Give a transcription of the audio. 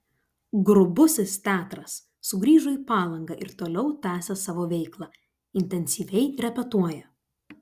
grubusis teatras sugrįžo į palangą ir toliau tęsią savo veiklą intensyviai repetuoja